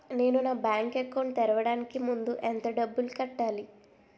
నేను నా bank account తెరవడానికి ముందు ఎంత డబ్బులు కట్టాలి?